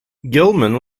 gilman